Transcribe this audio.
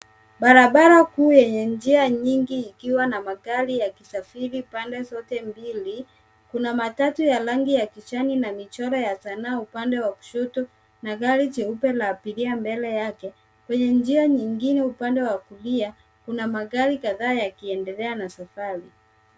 Barabara kuu yenye njia nyingi ikiwa na magari yakisafiri pande zote mbili. Kuna matatu ya rangi ya kijani na michoro ya sanaa upande wa kushoto, na gari jeupe la abiria mbele yake. Kwenye njia nyingine upande wa kulia, kuna magari kadhaa yakiendelea na safari.